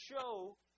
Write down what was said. show